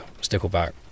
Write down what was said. stickleback